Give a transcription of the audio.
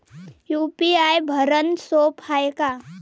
UPI भरनं सोप हाय का?